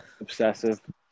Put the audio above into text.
Obsessive